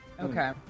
Okay